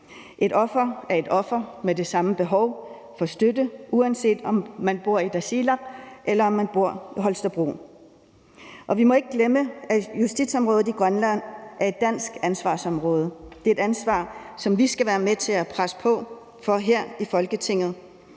Et offer er et offer med de samme behov for støtte, uanset om man bor i Tasiilaq, eller om man bor i Holstebro. Vi må ikke glemme, at justitsområdet i Grønland er et dansk ansvarsområde. Det er et ansvar, som vi skal være med til at presse på for her i Folketinget.